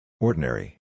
Ordinary